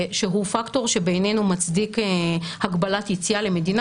שהוא פקטור שבעינינו מצדיק הגבלת יציאה למדינה